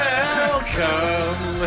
Welcome